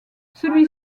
celui